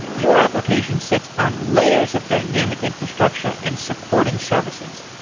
your application sits on layers of dynamic infrastructure and supporting services.